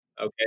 okay